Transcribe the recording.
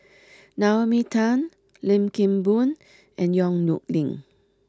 Naomi Tan Lim Kim Boon and Yong Nyuk Lin